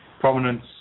prominence